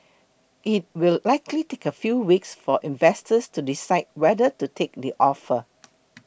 it will likely take a few weeks for investors to decide whether to take the offer